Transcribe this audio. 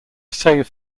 save